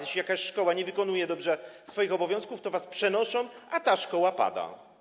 Jeśli jakaś szkoła nie wykonuje dobrze swoich obowiązków, to rodzice was przenoszą, a szkoła upada.